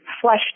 flesh